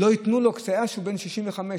לא ייתנו לטייס בן 65,